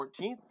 14th